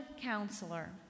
Counselor